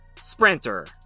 Sprinter